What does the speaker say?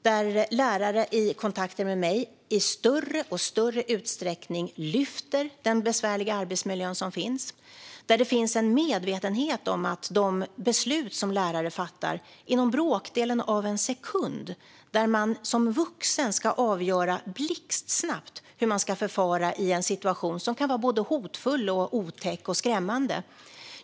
Lärare som har haft kontakt med mig lyfter i allt större utsträckning fram den besvärliga arbetsmiljö som finns. Det finns en medvetenhet om de beslut som lärare fattar inom bråkdelen av en sekund. De ska som vuxna blixtsnabbt avgöra hur de ska förfara i en situation som kan vara både hotfull, otäck och skrämmande.